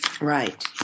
Right